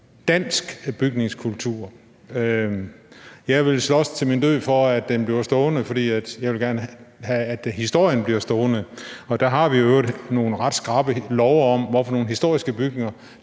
dansk bygningskultur? Jeg vil slås til min død for, at det bliver stående, for jeg vil gerne have, at historien bliver stående. Og der har vi i øvrigt nogle ret skrappe love om, hvilke historiske bygninger